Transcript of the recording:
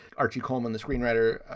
archie coleman, the screenwriter,